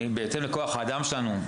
בהתאם לכוח האדם שלנו,